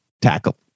tackle